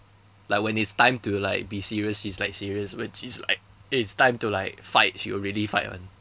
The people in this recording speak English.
like when it's time to like be serious she is like serious but she is like it's time to like fight she will really fight [one]